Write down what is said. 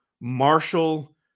Marshall